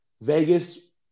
Vegas